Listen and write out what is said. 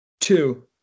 Two